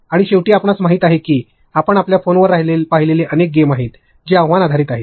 आणि शेवटी आपणास माहित आहे की आपण आपल्या फोनवर पाहिलेले अनेक गेम आहेत जे आव्हान आधारित आहेत